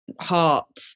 heart